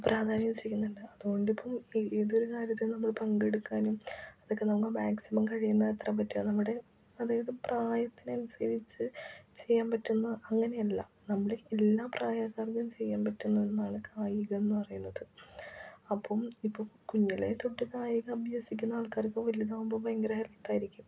പ്രാധാന്യം ചെയ്യുന്നുണ്ട് അതുകൊണ്ടിപ്പോള് ഏതൊരു കാര്യത്തിലും നമ്മള് പങ്കെടുക്കാനും അതൊക്കെ നമുക്ക് മാക്സിമം കഴിയുന്നത്ര പറ്റിയാല് നമ്മുടെ അതായത് പ്രായത്തിനനുസരിച്ച് ചെയ്യാൻ പറ്റുന്ന അങ്ങനെ അല്ല നമ്മുടെ എല്ലാ പ്രായക്കാർക്കും ചെയ്യാൻ പറ്റുന്ന ഒന്നാണ് കായികം എന്ന് പറയുന്നത് അപ്പോള് ഇപ്പോള് കുഞ്ഞിലേ തൊട്ട് കായികമഭ്യസിക്കുന്ന ആൾക്കാർക്ക് വലുതാവുമ്പോള് ഭയങ്കര ഹെല്ത്തായിരിക്കും അപ്പോള്